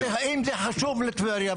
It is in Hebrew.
אם זה חשוב לטבריה,